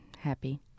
happy